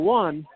one